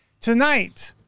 Tonight